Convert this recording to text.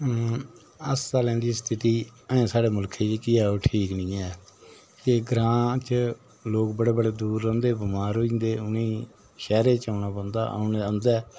अम अस्तालें दी स्थिति ऐहें साढ़े मुल्खै ई जेह्की ऐ ओह् ठीक निं ऐ ते ग्रांऽ च लोक बड़े बड़े दूर रौह्ंदे बमार होई जन्दे उ'नें ई शैह्रे च औना पौंदा ऐ